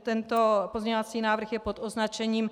Tento pozměňovací návrh je pod označením C10.